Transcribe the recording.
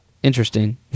Interesting